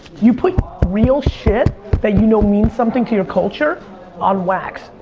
you put real shit that you know means something to your culture on wax.